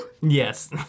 Yes